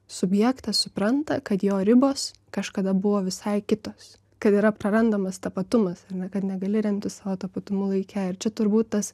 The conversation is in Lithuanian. subjektas supranta kad jo ribos kažkada buvo visai kitos kad yra prarandamas tapatumas ar ne kad negali remtis savo tapatumu laike ir čia turbūt tas